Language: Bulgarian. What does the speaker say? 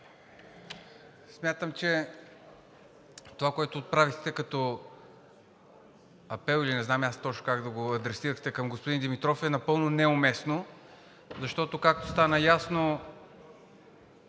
Смятам, че това, което отправихте като апел, или не знам и аз точно как да го – адресирахте към господин Димитров, е напълно неуместно, защото, както стана ясно,